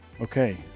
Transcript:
Okay